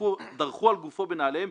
דרכו על גופו בנעליהם,